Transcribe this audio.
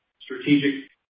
strategic